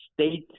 state